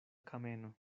kameno